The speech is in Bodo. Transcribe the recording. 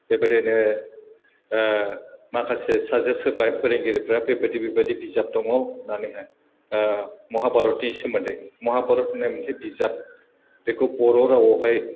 बेबायदिनो माखासे साजेस्ट होबाय फोरोंगिरिफ्रा बेबायदि बेबायदि बिजाब दङ होनानैहाय महाभारतनि सोमोन्दै माहाभारत होनाय मोनसे बिजाब बेखौ बर' रावआवहाय